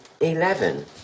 eleven